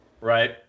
right